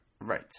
Right